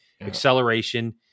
Acceleration